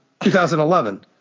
2011